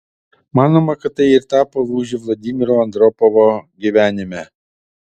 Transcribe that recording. manoma kad tai ir tapo lūžiu vladimiro andropovo gyvenime